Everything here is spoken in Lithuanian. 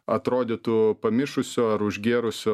atrodytų pamišusio ar užgėrusio